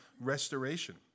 restoration